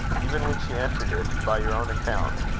even when she entered it, by your own account